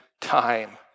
time